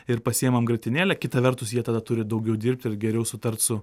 ir pasiimam grietinėlę kita vertus jie tada turi daugiau dirbt ir geriau sutart su